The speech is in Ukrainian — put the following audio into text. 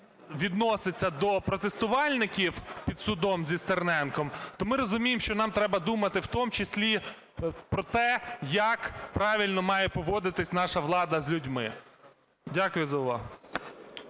відноситься до протестувальників під судом зі Стерненком, то ми розуміємо, що нам треба думати в тому числі про те, як правильно має поводитися наша влада з людьми. Дякую за увагу.